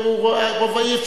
הוא רובאי.